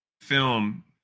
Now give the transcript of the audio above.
film